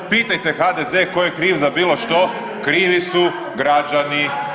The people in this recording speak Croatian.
Pitajte HDZ tko je kriv za bilo što, krivi su građani.